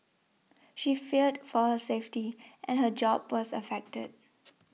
she feared for her safety and her job was affected